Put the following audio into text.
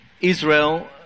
Israel